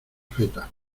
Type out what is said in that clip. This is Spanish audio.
feta